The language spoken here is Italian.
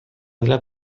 della